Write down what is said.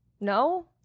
No